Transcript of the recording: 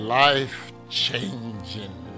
life-changing